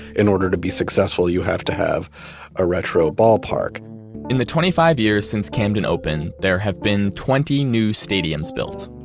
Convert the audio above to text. in order to be successful, you have to have a retro ballpark in the twenty five years since camden opened, there have been twenty new stadiums built,